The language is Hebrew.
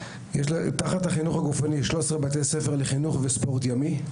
תחת החינוך הגופני יש 13 בתי ספר לחינוך וספורט ימי.